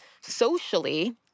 socially